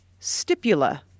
stipula